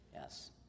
Yes